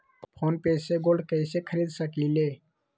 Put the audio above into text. Phone पे से gold कईसे खरीद सकीले?